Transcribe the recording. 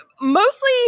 mostly